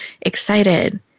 excited